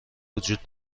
وجود